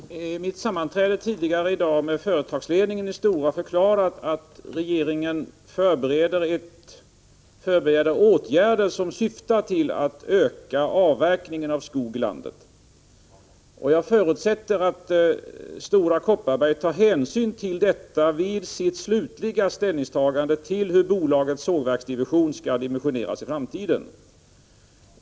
Herr talman! Jag har vid mitt sammanträde tidigare i dag med företagsledningen i Stora förklarat att regeringen förbereder åtgärder som syftar till att öka avverkningen av skog i landet, och jag förutsätter att Stora tar hänsyn till detta vid sitt slutliga ställningstagande till hur bolagets sågverksdivision skall dimensioneras i framtiden.